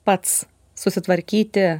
pats susitvarkyti